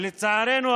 ולצערנו,